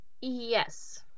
Yes